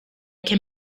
can